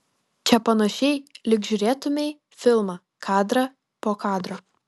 čia panašiai lyg žiūrėtumei filmą kadrą po kadro